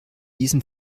diesem